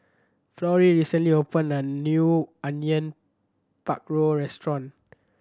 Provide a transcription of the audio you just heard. Florrie recently opened a new Onion Pakora Restaurant